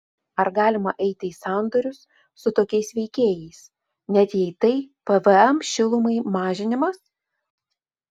ar galima eiti į sandorius su tokiais veikėjais net jei tai pvm šilumai mažinimas